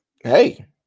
Hey